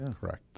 correct